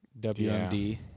WMD